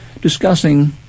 discussing